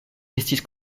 estis